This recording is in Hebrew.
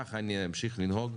כך אני אמשיך לנהוג.